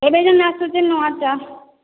ଏହିଟା କେମିତି ଆସୁଛି ନୂଆଟା